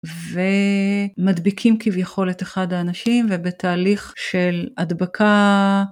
ומדביקים כביכול את אחד האנשים ובתהליך של הדבקה.